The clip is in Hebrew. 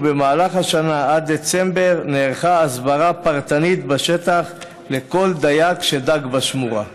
ובמהלך השנה עד דצמבר נערכה הסברה פרטנית בשטח לכל דייג שדג בשמורה.